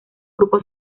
grupo